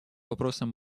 вопросам